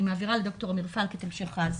אני מבקשת להעביר לד"ר אמיר פלק את המשך ההצגה.